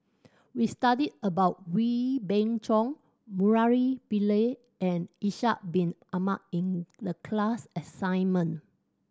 we studied about Wee Beng Chong Murali Pillai and Ishak Bin Ahmad in the class assignment